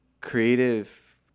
creative